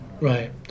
Right